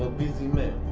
busy man.